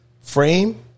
frame